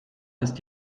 ist